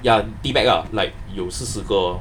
ya tea bag ah like 有四十个 lor